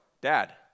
Dad